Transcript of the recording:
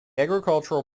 agricultural